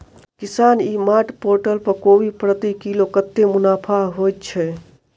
किसान e mart portal पर कोबी प्रति किलो कतै मुनाफा होइ छै?